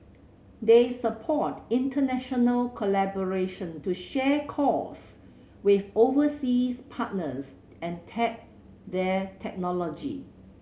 they support international collaboration to share costs with overseas partners and tap their technology